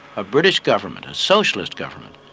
a british government, a socialist government,